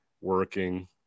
working